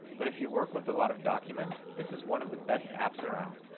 but if you work with a lot of documents, this is one of the best apps around.